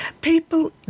People